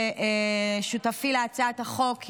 שותפי להצעת החוק,